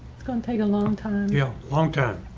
it's gonna take a long time. yeah, a long time.